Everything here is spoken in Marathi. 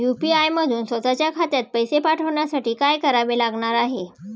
यू.पी.आय मधून स्वत च्या खात्यात पैसे पाठवण्यासाठी काय करावे लागणार आहे?